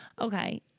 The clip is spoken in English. Okay